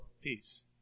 peace